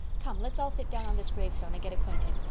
come, let's all sit down on this gravestone and get acquainted.